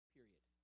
Period